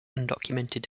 undocumented